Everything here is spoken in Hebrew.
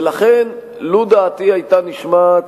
ולכן, לו דעתי היתה נשמעת,